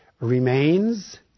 remains